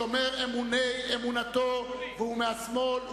שומר אמוני אמונתו והוא מהשמאל,